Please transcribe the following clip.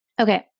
Okay